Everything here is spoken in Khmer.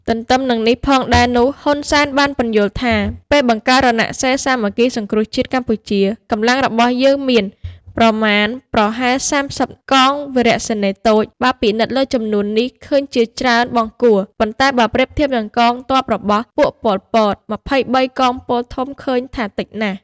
ទន្ទឹមនឹងនេះផងដែរនោះហ៊ុន សែន បានពន្យល់ថា ពេលបង្កើតរណសិរ្សសាមគ្គីសង្គ្រោះជាតិកម្ពុជាកម្លាំងរបស់យើងមាន ប្រមានប្រហែល ៣០ កងវរសេនាតូច បើពិនិត្យលើចំនួននេះឃើញជាច្រើនបង្គួរ ប៉ុន្តែបើប្រៀបធៀបនិងកងទព័របស់ពួក ប៉ុល ពត ២៣កងពលធំឃើញថាតិចណាស់។